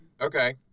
Okay